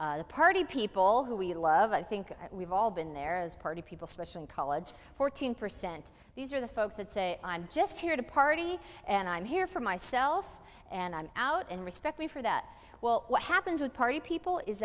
the party people who we love i think we've all been there as party people specially in college fourteen percent these are the folks that say i'm just here to party and i'm here for myself and i'm out and respect me for that well what happens with party people is